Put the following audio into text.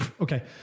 okay